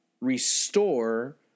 restore